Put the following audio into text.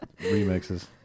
remixes